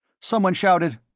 someone shouted,